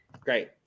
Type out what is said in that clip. Great